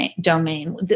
domain